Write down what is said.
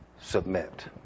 submit